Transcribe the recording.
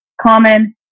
common